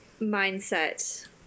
mindset